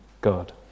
God